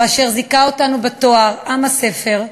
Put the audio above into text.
אשר זיכה אותנו בתואר "עם הספר",